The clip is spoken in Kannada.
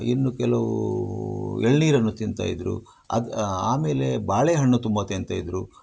ಇನ್ನೂ ಕೆಲವೂ ಎಳನೀರನ್ನು ತಿಂತಾಯಿದ್ರು ಅದು ಆಮೇಲೆ ಬಾಳೆಹಣ್ಣು ತುಂಬ ತಿಂತಾಯಿದ್ರು